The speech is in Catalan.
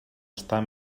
estar